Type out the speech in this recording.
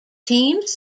teams